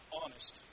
honest